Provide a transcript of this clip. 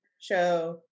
show